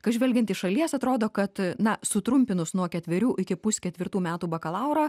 kas žvelgiant iš šalies atrodo kad na sutrumpinus nuo ketverių iki pusketvirtų metų bakalaurą